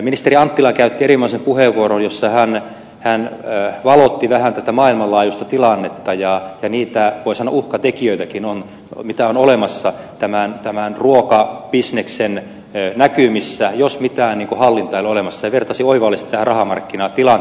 ministeri anttila käytti erinomaisen puheenvuoron jossa hän valotti vähän tätä maailmanlaajuista tilannetta ja niitä voi sanoa uhkatekijöitäkin mitä on olemassa tämän ruokabisneksen näkymissä jos mitään hallintaa ei ole olemassa ja hän vertasi sitä tilannetta oivallisesti tähän rahamarkkinatilanteeseen